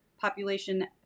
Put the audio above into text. population